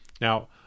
Now